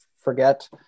forget